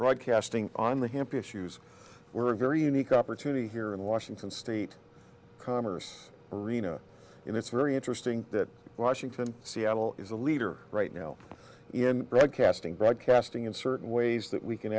broadcasting on the hamp issues we're very unique opportunity here in washington state commerce arena and it's very interesting that washington seattle is a leader right now in broadcasting broadcasting in certain ways that we can